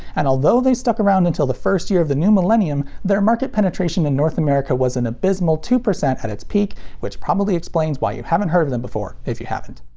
and although they stuck around until the first year of the new millenium, their market penetration in north america was an abysmal two percent at its peak which probably explains why you haven't heard of them before, if you haven't.